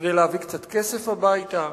כדי להביא קצת כסף הביתה.